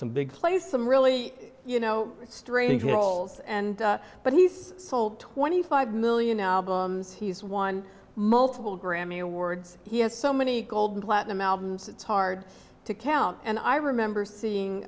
some big plays some really you know strangely roles and but he's sold twenty five million albums he's won multiple grammy awards he has so many gold platinum albums it's hard to count and i remember seeing